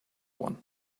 one